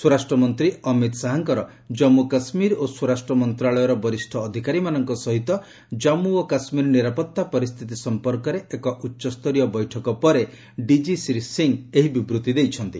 ସ୍ୱରାଷ୍ଟ୍ରମନ୍ତ୍ରୀ ଅମିତ ଶାହାଙ୍କର ଜାମ୍ମୁ କାଶ୍ମୀର ଓ ସ୍ୱରାଷ୍ଟ୍ର ମନ୍ତ୍ରଣାଳୟର ବରିଷ୍ଣ ଅଧିକାରୀମାନଙ୍କ ସହିତ ଜାମ୍ମୁ ଓ କାଶ୍ମୀରର ନିରାପତ୍ତା ପରିସ୍ଥିତି ସମ୍ପର୍କରେ ଏକ ଉଚ୍ଚସ୍ତରୀୟ ବୈଠକ ପରେ ଡିଜି ଶ୍ରୀ ସିଂ ଏହି ବିବୃତ୍ତି ଦେଇଛନ୍ତି